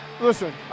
Listen